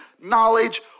knowledge